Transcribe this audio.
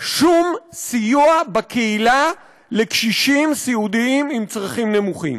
שום סיוע בקהילה לקשישים סיעודיים עם צרכים נמוכים.